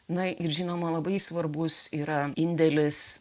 na ir žinoma labai svarbus yra indėlis